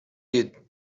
you